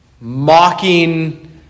mocking